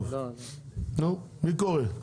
נו מי קורא?